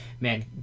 man